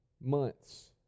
Months